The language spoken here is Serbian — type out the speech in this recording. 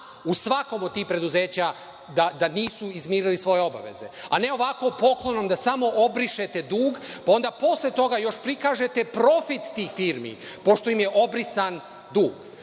u svakom od tih preduzeća da nisu izmirili svoje obaveze, a ne ovako poklonom da samo obrišete dug, pa onda posle toga još samo prikažete profit tih firmi, pošto im je obrisan dug.